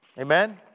Amen